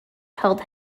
held